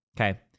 okay